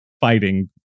fighting